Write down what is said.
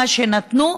מה שנתנו,